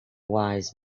wise